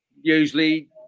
usually